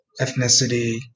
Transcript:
ethnicity